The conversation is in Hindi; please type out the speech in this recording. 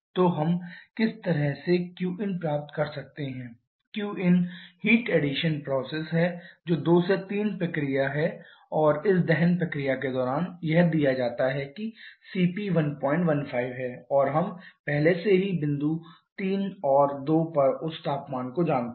तो हम किस तरह से qin प्राप्त कर सकते हैं qin ऊष्मा जोड़ प्रक्रिया है जो 2 3 प्रक्रिया है और इस दहन प्रक्रिया के दौरान यह दिया जाता है कि cp 115 है और हम पहले से ही बिंदु 3 और 2 पर उस तापमान को जानते हैं